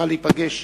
שצריכה להיפגש